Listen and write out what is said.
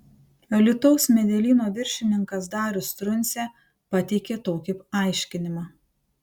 alytaus medelyno viršininkas darius truncė pateikė tokį aiškinimą